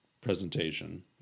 presentation